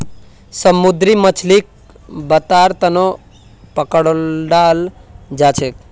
समुंदरी मछलीक खाबार तनौ पकड़ाल जाछेक